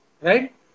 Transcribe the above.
right